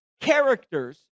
characters